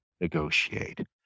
negotiate